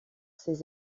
ses